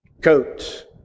coat